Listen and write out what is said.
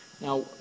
Now